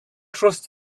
trust